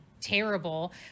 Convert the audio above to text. terrible